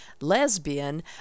lesbian